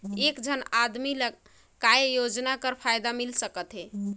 एक झन आदमी ला काय योजना कर फायदा मिल सकथे?